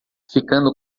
ficando